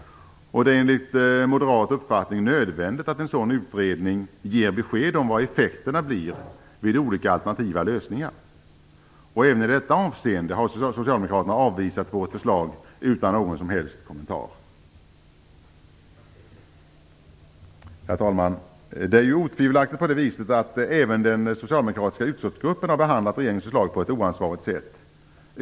Det är enligt moderat uppfattning nödvändigt att en sådan utredning ger besked om vilka effekterna blir vid olika alternativa lösningar. Även i detta avseende har Socialdemokraterna avvisat vårt förslag utan någon som helst kommentar. Herr talman! Det är otvivelaktigt på det viset att även den socialdemokratiska utskottsgruppen har behandlat regeringens förslag på ett oansvarigt sätt.